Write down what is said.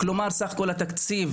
כלומר סך כול התקציב,